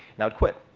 and i would quit.